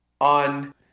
on